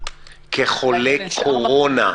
כחולה קורונה,